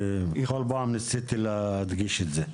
וכל פעם ניסיתי להדגיש את זה.